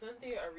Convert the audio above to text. Cynthia